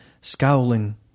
scowling